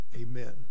amen